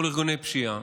מול ארגוני פשיעה.